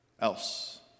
else